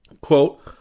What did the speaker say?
Quote